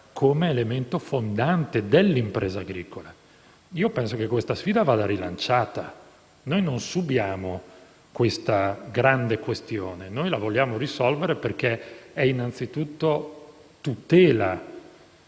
e fondante dell'impresa agricola. Penso che questa sfida vada rilanciata. Non subiamo questa grande questione, ma la vogliamo risolvere perché è anzitutto tutela